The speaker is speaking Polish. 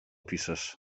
piszesz